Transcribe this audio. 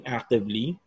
actively